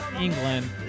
England